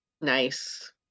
nice